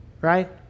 right